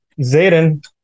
Zayden